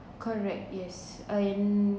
correct yes and